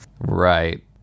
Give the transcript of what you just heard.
Right